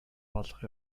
болгох